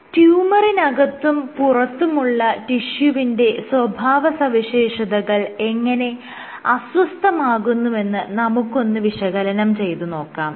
ട്യൂമറിനകത്തും പുറത്തുമുള്ള ടിഷ്യുവിന്റെ സ്വഭാവസവിശേഷതകൾ എങ്ങനെ അസ്വസ്ഥമാകുന്നുവെന്ന് നമുക്കൊന്ന് വിശകലനം ചെയ്തുനോക്കാം